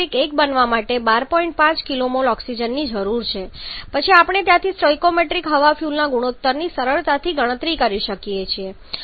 5 kmol ઓક્સિજનની જરૂર છે પછી આપણે ત્યાંથી સ્ટોઇકિયોમેટ્રિક હવા ફ્યુઅલ ગુણોત્તરની સરળતાથી ગણતરી કરી શકીએ છીએ